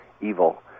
evil